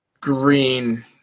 Green